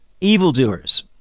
Evildoers